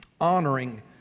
honoring